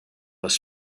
was